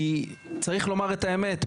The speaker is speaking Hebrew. כי צריך לומר את האמת,